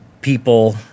people –